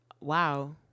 Wow